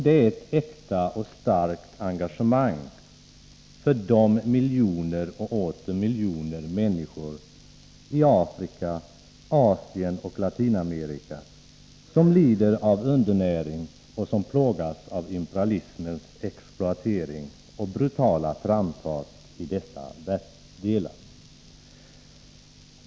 Det är ett äkta och starkt engagemang för de miljoner och åter miljoner människor i Afrika, Asien och Latinamerika som lider av undernäring och som plågas av imperialismens exploatering och brutala framfart i dessa världsdelar.